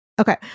Okay